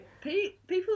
People